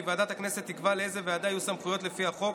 ועדת הכנסת תקבע לאיזו ועדה יהיו סמכויות לפי החוק,